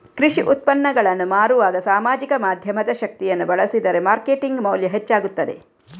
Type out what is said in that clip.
ಕೃಷಿ ಉತ್ಪನ್ನಗಳನ್ನು ಮಾರುವಾಗ ಸಾಮಾಜಿಕ ಮಾಧ್ಯಮದ ಶಕ್ತಿಯನ್ನು ಬಳಸಿದರೆ ಮಾರ್ಕೆಟಿಂಗ್ ಮೌಲ್ಯ ಹೆಚ್ಚಾಗುತ್ತದೆ